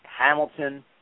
Hamilton